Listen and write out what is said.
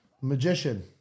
magician